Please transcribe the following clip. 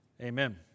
Amen